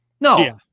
No